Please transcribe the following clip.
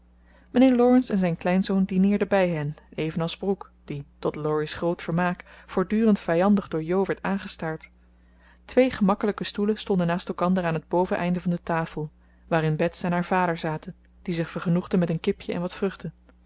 mijnheer laurence en zijn kleinzoon dineerden bij hen evenals brooke die tot laurie's groot vermaak voortdurend vijandig door jo werd aangestaard twee gemakkelijke stoelen stonden naast elkander aan het boveneinde van de tafel waarin bets en haar vader zaten die zich vergenoegden met een kipje en wat vruchten